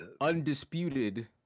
undisputed